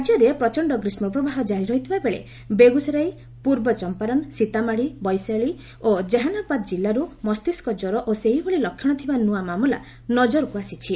ରାଜ୍ୟରେ ପ୍ରଚଣ୍ଣ ଗ୍ରୀଷ୍କପ୍ରବାହ ଜାରି ଥିବାବେଳେ ବେଗୁସରା ପୂର୍ବ ଚମ୍ପାରନ୍ ସୀତାମାଢ଼ି ବୈଶାଳୀ ଓ ଜେହାନାବାଦ୍ ଜିଲ୍ଲାରୁ ମସ୍ତିଷ୍କ ଜ୍ୱର ଓ ସେହିଭଳି ଲକ୍ଷଣ ଥିବା ନ୍ତଆ ମାମଲା ନଜରକୁ ଆସିଛି